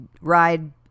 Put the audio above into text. ride